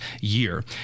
year